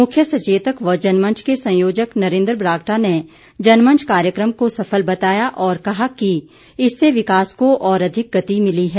मुख्य सचेतक व जनमंच के संयोजक नरेन्द्र बरागटा ने जनमंच कार्यक्रम को सफल बताया और कहा कि इससे विकास को और अधिक गति मिली है